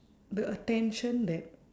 the attention that